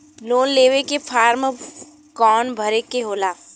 Loan लेवे के form कौन भरे के होला?